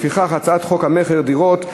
לפיכך, הצעת חוק המכר (דירות)